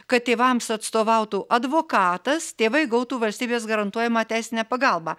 kad tėvams atstovautų advokatas tėvai gautų valstybės garantuojamą teisinę pagalbą